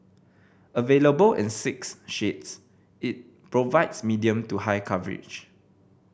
available in six shades it provides medium to high coverage